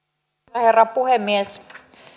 herra puhemies